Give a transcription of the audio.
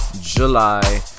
July